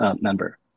member